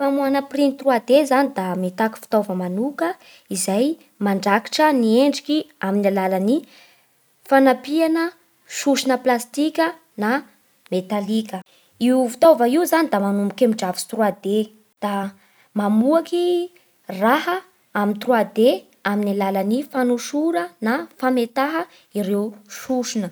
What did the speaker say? Famoahana printy Trois D zany da mitaky fitaova manoka izay mandrakitra ny endriky amin'ny alalan'ny fanampiana sosona plastika na metalika. Io fitaova io zany da manomboka eo amin'ny drafitsy Trois D da mamoaky raha amin'ny Trois D amin'ny alalan'ny fanosora na fametaha ireo sosona.